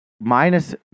minus